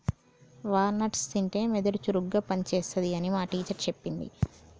wall nuts తింటే మెదడు చురుకుగా పని చేస్తది అని మా టీచర్ చెప్పింది